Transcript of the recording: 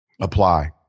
apply